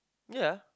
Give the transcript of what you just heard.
ya